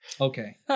Okay